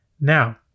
Now